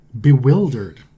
bewildered